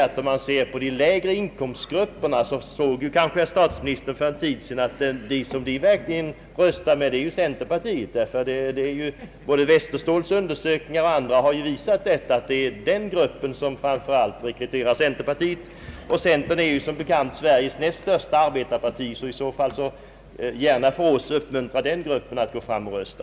Statsministern såg kanske för en tid sedan av en då offentliggjord undersökning att de lägre inkomsttagarna röstar med centerpartiet. Både Westerståhls och andra undersökningar har ju visat att det är denna grupp som framför allt rekryterar centerpartiet. Centerpartiet är som bekant Sveriges näst största arbetarparti. Gärna för oss bör den gruppen uppmuntras till att gå fram och rösta.